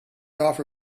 offer